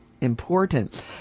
important